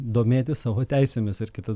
domėtis savo teisėmis ir kitas